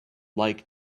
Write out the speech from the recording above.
like